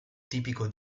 tipico